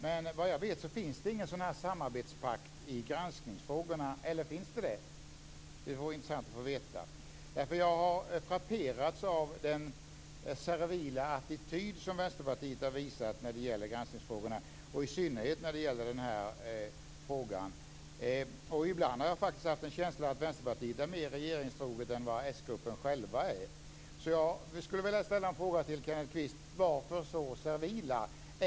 Men såvitt jag vet finns ingen sådan samarbetspakt i granskningsfrågorna, eller finns det en sådan? Det vore intressant att få veta. Jag har frapperats av den servila attityd som Vänsterpartiet har visat i granskningsfrågorna, och i synnerhet i den här frågan. Ibland har jag faktiskt haft en känsla av att Vänsterpartiet är mer regeringstroget än vad s-gruppen själv är. Varför så servila?